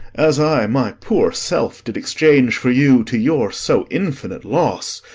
as i my poor self did exchange for you, to your so infinite loss,